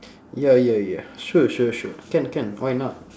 ya ya ya sure sure sure can can why not